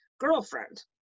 girlfriend